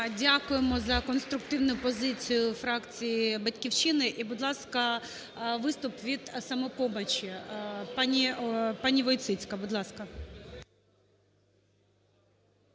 Дякуємо за конструктивну позицію фракції "Батьківщина". І, будь ласка, виступ від "Самопомочі". Пані Войціцька, будь ласка.